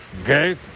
okay